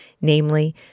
namely